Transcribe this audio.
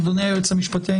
אדוני היועץ המשפטי,